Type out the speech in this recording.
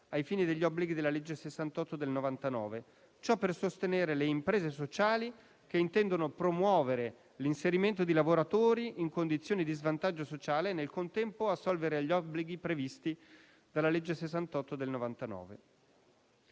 ai fini degli obblighi della legge n. 68 del 1999. Ciò per sostenere quelle imprese che intendono promuovere l'inserimento di lavoratori in condizioni di svantaggio sociale e, nel contempo, assolvere agli obblighi previsti dalla legge n. 68 del 1999.